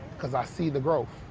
cause i see the growth.